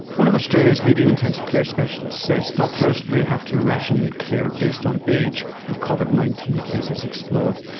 one of australia's leading intensive care specialists says doctors may have to ration care based on age if covid nineteen cases explode.